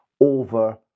over